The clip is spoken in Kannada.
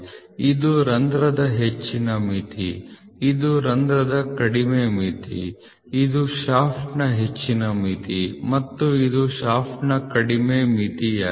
ಇದು ರಂಧ್ರದ ಹೆಚ್ಚಿನ ಮಿತಿ ಇದು ರಂಧ್ರದ ಕಡಿಮೆ ಮಿತಿ ಇದು ಶಾಫ್ಟ್ನ ಹೆಚ್ಚಿನ ಮಿತಿ ಮತ್ತು ಇದು ಶಾಫ್ಟ್ನ ಕಡಿಮೆ ಮಿತಿಯಾಗಿದೆ